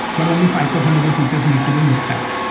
but only five percent of the features need to be looked at.